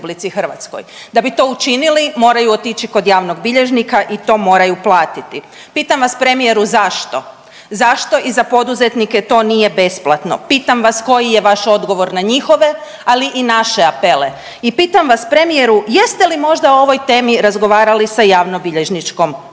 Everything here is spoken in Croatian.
da bi to učinili moraju otići kod javnog bilježnika i to moraju platiti. Pitam vas premijeru zašto, zašto i za poduzetnike to nije besplatno? Pitam vas koji je vaš odgovor na njihove, ali i naše apele? I pitam vas premijeru jeste li možda o ovoj temi razgovarali sa javnobilježničkom komorom?